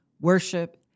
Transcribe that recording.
worship